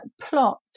plot